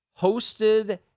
hosted